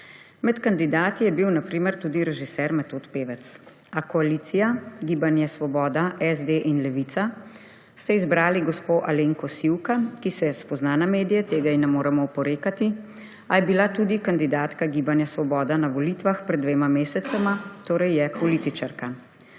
Med kandidati je bil na primer tudi režiser Metod Pevec. A koalicija Gibanje svoboda, SD in Levica sta izbrali gospo Alenko Sivka, ki se spozna na medije, tega ji ne moremo oporekati, a je bila tudi kandidatka Gibanja svoboda na volitvah pred dvema mesecema, torej je političarka.